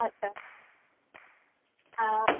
আচ্ছা আ